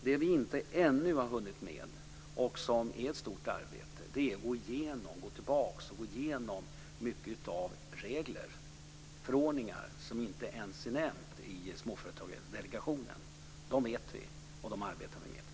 Det vi inte ännu har hunnit med och som är ett stort arbete är att gå tillbaka och gå igenom många regler och förordningar som inte ens nämns av Småföretagardelegationen. Vi vet att de finns, och vi arbetar med dem.